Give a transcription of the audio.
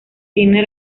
tiene